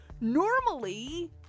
normally